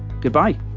goodbye